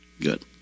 Good